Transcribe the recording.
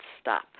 stop